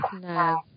no